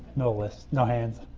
no list. no hands.